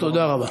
תודה רבה.